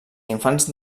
infants